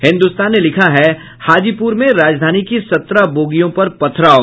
हिन्दुस्तान ने लिखा है हाजीपुर में राजधानी की सत्रह बोगियों पर पथराव